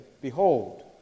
behold